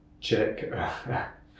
check